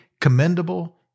commendable